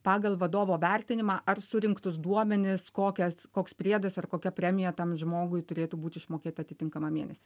pagal vadovo vertinimą ar surinktus duomenis kokias koks priedas ar kokia premija tam žmogui turėtų būti išmokėta atitinkamą mėnesį